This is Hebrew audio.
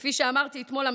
כפי שאמרתי אתמול,